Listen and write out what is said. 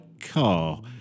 car